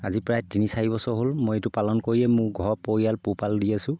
আজি প্ৰায় তিনি চাৰি বছৰ হ'ল মই এইটো পালন কৰিয়ে মোৰ ঘৰ পৰিয়াল পোহপাল দি আছো